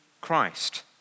Christ